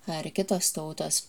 ar kitos tautos